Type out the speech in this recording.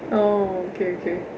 oh okay okay